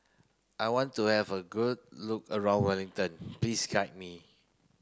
I want to have a good look around Wellington please guide me